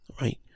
Right